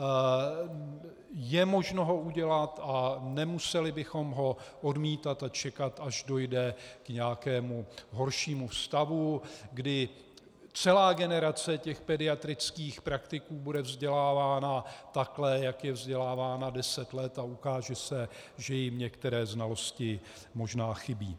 A je možno ho udělat a nemuseli bychom ho odmítat a čekat, až dojde k nějakému horšímu stavu, kdy celá generace pediatrických praktiků bude vzdělávána takhle, jak je vzdělávána deset let, a ukáže se, že jim některé znalosti možná chybí.